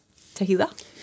Tahila